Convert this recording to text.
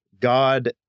God